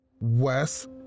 Wes